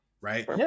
right